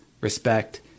respect